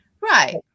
right